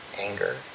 anger